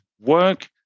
work